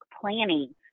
planning